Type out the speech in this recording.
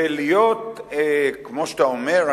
ולהיות כמו שאתה אומר,